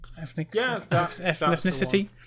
ethnicity